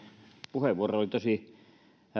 puheenvuoro oli todella